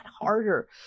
harder